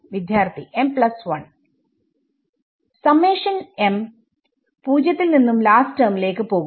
വിദ്യാർത്ഥി M plus 1 summation m 0 യിൽ നിന്നും ലാസ്റ്റ് ടെർമിലേക്ക് പോകുന്നു